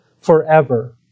forever